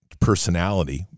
personality